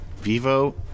Vivo